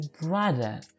brother